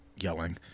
yelling